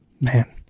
Man